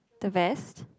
the vest